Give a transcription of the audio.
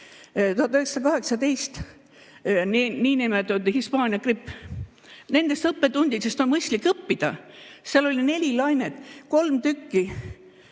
1918, niinimetatud Hispaania gripp. Nendest õppetundidest on mõistlik õppida. Seal oli neli lainet. Oli kolm tükki,